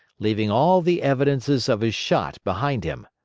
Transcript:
leaving all the evidences of his shot behind him!